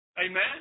Amen